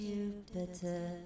Jupiter